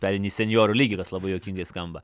pereini į senjorų lygį kas labai juokingai skamba